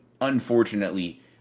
unfortunately